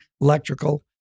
electrical